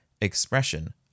expression